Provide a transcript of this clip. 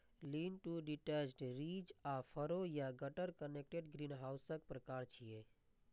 lean to detached, ridge आ furrow या gutter connected ग्रीनहाउसक प्रकार छियै